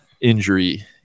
injury